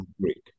Greek